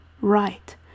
right